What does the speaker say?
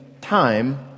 time